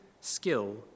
skill